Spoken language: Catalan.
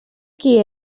qui